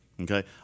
okay